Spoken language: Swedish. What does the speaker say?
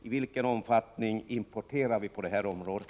Hur stor omfattning har importen?